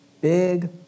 Big